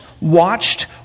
watched